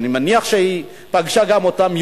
אני מניח שהיא פגשה גם אותם,